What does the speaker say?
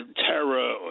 terror